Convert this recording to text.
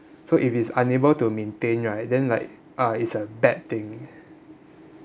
so if it's unable to maintain right then like uh is a bad thing